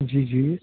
जी जी